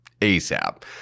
ASAP